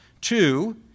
Two